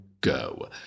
go